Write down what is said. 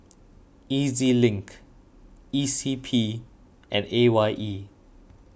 E Z Link E C P and A Y E